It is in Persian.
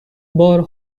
بار